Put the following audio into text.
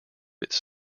its